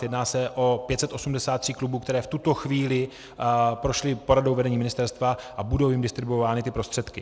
Jedná se o 583 klubů, které v tuto chvíli prošly poradou vedení ministerstva, a budou jim distribuovány ty prostředky.